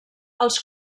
els